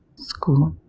school!